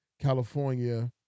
California